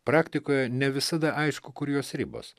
praktikoje ne visada aišku kur jos ribos